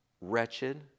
wretched